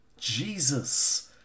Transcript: Jesus